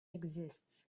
exists